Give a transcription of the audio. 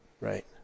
right